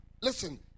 listen